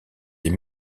les